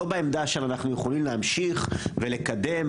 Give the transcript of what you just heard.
לא בעמדה שאנחנו יכולים להמשיך ולקדם,